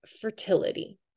fertility